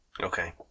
Okay